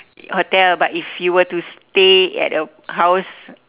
hotel but if you were to stay at a house